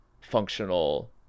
functional